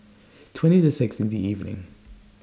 twenty to six in The evening